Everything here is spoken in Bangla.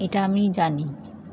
এটা আমি জানি